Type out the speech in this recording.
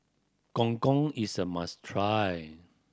Gong Gong is a must try